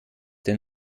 den